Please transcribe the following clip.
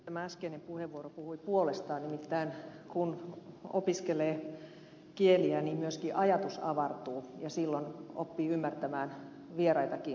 tämä äskeinen puheenvuoro puhui puolestaan nimittäin kun opiskelee kieliä niin myöskin ajatus avartuu ja silloin oppii ymmärtämään vieraitakin ilmiöitä